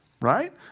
right